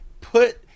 put